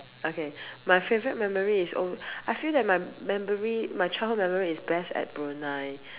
okay my favorite memory is oh I feel that my memory my childhood memory is best at Brunei